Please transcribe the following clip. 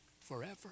forever